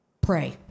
pray